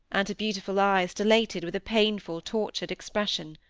and her beautiful eyes dilated with a painful, tortured expression.